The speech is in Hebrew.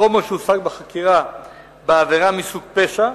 "חומר שהושג בחקירה בעבירה מסוג פשע,